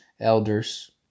elders